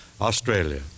Australia